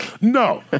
No